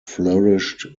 flourished